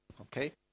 Okay